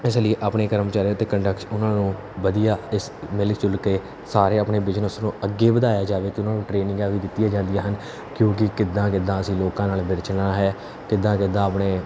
ਇਸ ਲਈ ਆਪਣੀ ਕਰਮਚਾਰੀ ਅਤੇ ਕੰਡਕਟਸ ਉਹਨਾਂ ਨੂੰ ਵਧੀਆ ਇਸ ਮਿਲ ਜੁਲ ਕੇ ਸਾਰੇ ਆਪਣੇ ਬਿਜ਼ਨਸ ਨੂੰ ਅੱਗੇ ਵਧਾਇਆ ਜਾਵੇ ਅਤੇ ਉਹਨਾਂ ਨੂੰ ਟ੍ਰੇਨਿੰਗਾਂ ਵੀ ਦਿੱਤੀਆਂ ਜਾਂਦੀਆਂ ਹਨ ਕਿਉਂਕਿ ਕਿੱਦਾਂ ਕਿੱਦਾਂ ਅਸੀਂ ਲੋਕਾਂ ਨਾਲ ਵਿਚਰਨਾ ਹੈ ਕਿੱਦਾਂ ਕਿੱਦਾਂ ਆਪਣੇ